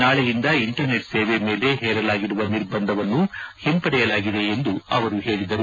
ನಾಳೆಯಿಂದ ಇಂಟರ್ನೆಟ್ ಸೇವೆ ಮೇಲೆ ಹೇರಲಾಗಿರುವ ನಿರ್ಬಂಧವನ್ನೂ ಹಿಂಪಡೆಯಲಾಗಿದೆ ಎಂದು ಅವರು ಹೇಳಿದ್ದಾರೆ